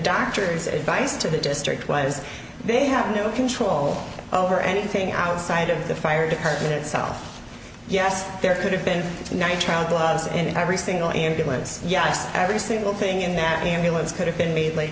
doctor's advice to the district was they have no control over anything outside of the fire department itself yes there could have been a nitrile gloves and every single ambulance yes every single thing in the ambulance could have been made l